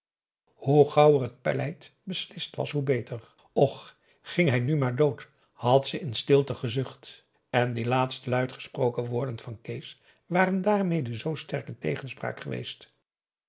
gauwer het pleit beslist was hoe beter och ging hij nu maar dood had ze in stilte gezucht en die laatste luid gesproken woorden van kees waren daarmede zoo sterk in tegenspraak geweest